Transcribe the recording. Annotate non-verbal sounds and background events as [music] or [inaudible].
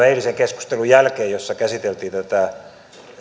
[unintelligible] eilisen keskustelun jälkeen jossa käsiteltiin tätä